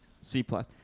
C-plus